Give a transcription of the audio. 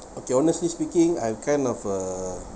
okay honestly speaking I'm kind of a